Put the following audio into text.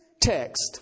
text